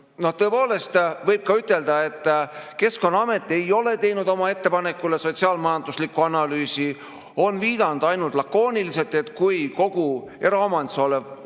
Tõepoolest võib ütelda, et Keskkonnaamet ei ole teinud oma ettepanekule sotsiaal-majanduslikku analüüsi. On viidanud ainult lakooniliselt, et kui kogu eraomandis olev